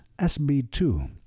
SB2